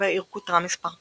והעיר כותרה מספר פעמים.